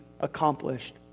accomplished